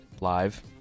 live